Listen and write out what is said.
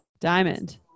diamond